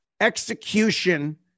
execution